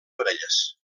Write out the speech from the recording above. orelles